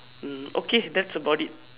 hmm okay that's about it